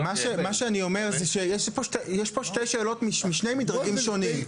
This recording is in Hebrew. יש פה שתי שאלות משני מדרגים שונים.